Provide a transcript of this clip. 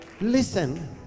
Listen